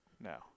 No